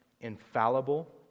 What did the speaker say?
infallible